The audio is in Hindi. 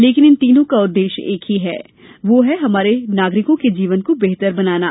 लेकिन इन तीनों का उद्देश्य एक ही है और वो है हमारे नागरिकों के जीवन को बेहतर बनाना